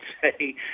say